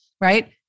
right